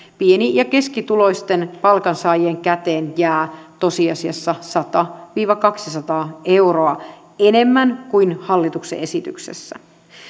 pieni ja keskituloisten palkansaajien käteen jää tosiasiassa sata viiva kaksisataa euroa enemmän kuin hallituksen esityksessä